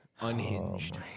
Unhinged